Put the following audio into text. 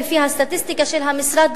לפי הסטטיסטיקה של המשרד,